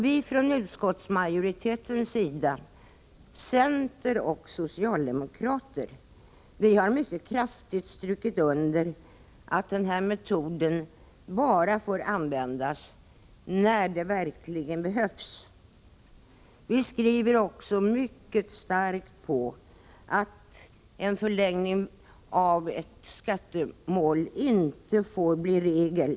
Vi från utskottsmajoriteten — centerpartister och socialdemokrater — har mycket kraftigt strukit under att denna metod får användas bara när den verkligen behövs. Vi trycker mycket starkt på att en förlängning av ett skattemål inte får bli regel.